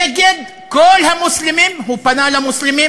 נגד כל המוסלמים, הוא פנה למוסלמים